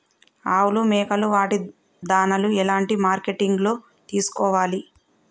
ఆవులు మేకలు వాటి దాణాలు ఎలాంటి మార్కెటింగ్ లో తీసుకోవాలి?